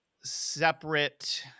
separate